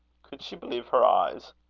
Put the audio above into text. could she believe her eyes?